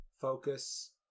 focus